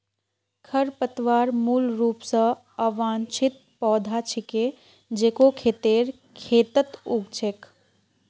खरपतवार मूल रूप स अवांछित पौधा छिके जेको खेतेर खेतत उग छेक